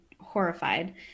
horrified